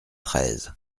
treize